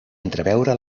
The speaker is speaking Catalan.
entreveure